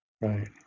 Right